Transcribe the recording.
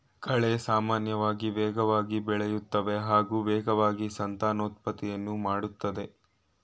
ಕಳೆ ಸಾಮಾನ್ಯವಾಗಿ ವೇಗವಾಗಿ ಬೆಳೆಯುತ್ತವೆ ಹಾಗೂ ವೇಗವಾಗಿ ಸಂತಾನೋತ್ಪತ್ತಿಯನ್ನು ಮಾಡ್ತದೆ